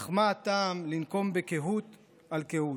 אך מה הטעם לנקום בקהות על קהות,